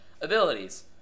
abilities